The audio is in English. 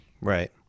Right